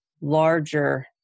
larger